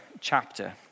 chapter